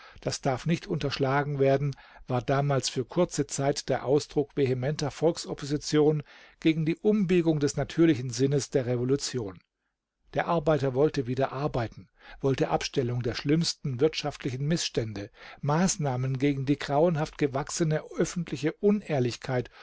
das darf nicht unterschlagen werden war damals für kurze zeit der ausdruck vehementer volksopposition gegen die umbiegung des natürlichen sinnes der revolution der arbeiter wollte wieder arbeiten wollte abstellung der schlimmsten wirtschaftlichen mißstände maßnahmen gegen die grauenhaft gewachsene öffentliche unehrlichkeit